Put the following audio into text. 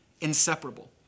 inseparable